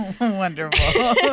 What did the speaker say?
wonderful